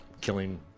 killing